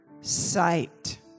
sight